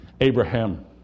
Abraham